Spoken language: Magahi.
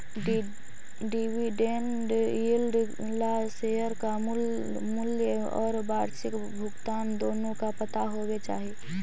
डिविडेन्ड यील्ड ला शेयर का मूल मूल्य और वार्षिक भुगतान दोनों का पता होवे चाही